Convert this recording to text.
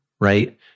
right